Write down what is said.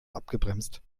abgebremst